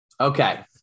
Okay